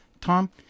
Tom